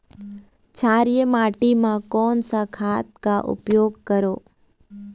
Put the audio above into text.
क्षारीय माटी मा कोन सा खाद का उपयोग करों?